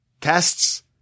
tests